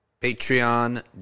Patreon